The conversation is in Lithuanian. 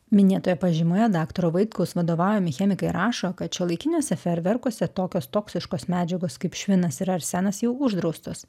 minėtoje pažymoje daktaro vaitkaus vadovaujami chemikai rašo kad šiuolaikiniuose feerverkuose tokios toksiškos medžiagos kaip švinas ir arsenas jau uždraustos